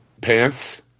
Pants